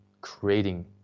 creating